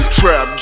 trap